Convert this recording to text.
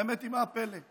האמת היא שמה הפלא?